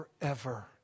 forever